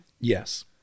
Yes